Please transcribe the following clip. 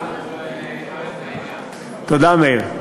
תודה, מאיר.